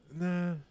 Nah